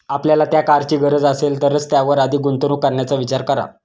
आपल्याला त्या कारची गरज असेल तरच त्यावर अधिक गुंतवणूक करण्याचा विचार करा